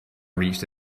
reached